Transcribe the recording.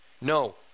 No